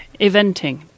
eventing